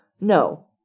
No